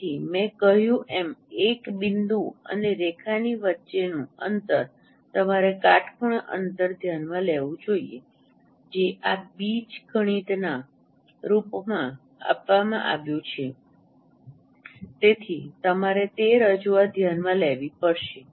તેથી મેં કહ્યું એમ એક બિંદુ અને રેખાની વચ્ચેનું અંતર તમારે કાટખૂણે અંતર ધ્યાનમાં લેવું જોઈએ જે આ બીજગણિના રૂપમાં આપવામાં આવ્યું છે તેથી તમારે તે રજૂઆત ધ્યાનમાં લેવી પડશે